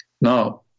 Now